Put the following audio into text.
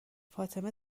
فاطمه